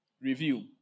Review